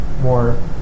more